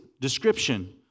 description